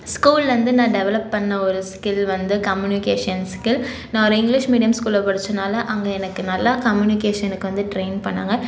ஸ்கூல்லேருந்து நான் டெவலப் பண்ண ஒரு ஸ்கில் வந்து கம்யூனிகேஷன் ஸ்கில் நான் ஒரு இங்கிலிஷ் மீடியம் ஸ்கூலில் படித்தனால அங்கே எனக்கு நல்லா கம்யூனிகேஷனுக்கு வந்து ட்ரெயின் பண்ணிணாங்க